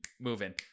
moving